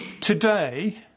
today